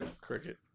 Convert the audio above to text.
Cricket